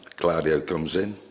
claudio comes in,